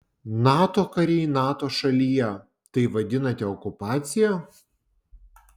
nato kariai nato šalyje tai vadinate okupacija